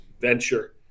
venture